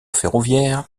ferroviaire